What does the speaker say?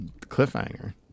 cliffhanger